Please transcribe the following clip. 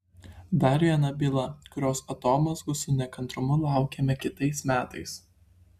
dar viena byla kurios atomazgų su nekantrumu laukiame kitais metais